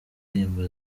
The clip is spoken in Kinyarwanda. ndirimbo